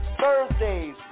Thursdays